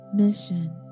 mission